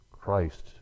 Christ